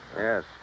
Yes